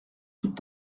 toutes